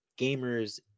gamers